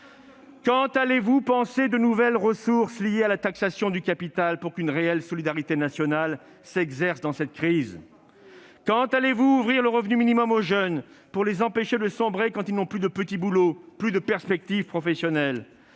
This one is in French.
Quand allez-vous penser de nouvelles ressources tirées de la taxation du capital pour qu'une réelle solidarité nationale s'exerce dans cette crise ? Et voilà, c'est reparti ! Quand allez-vous ouvrir le revenu minimum aux jeunes pour les empêcher de sombrer quand ils n'ont plus de petits boulots ni de perspectives professionnelles ?